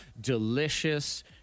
delicious